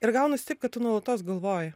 ir gaunas taip kad tu nuolatos galvoji